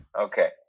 Okay